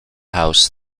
house